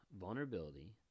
vulnerability